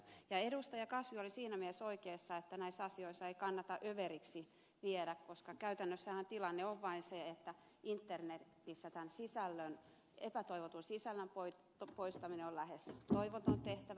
kasvi oli siinä mielessä oikeassa että näissä asioissa ei kannata överiksi viedä koska käytännössähän tilanne on vain se että internetissä tämän sisällön epätoivotun sisällön poistaminen on lähes toivoton tehtävä